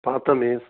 பார்த்தோம் மிஸ்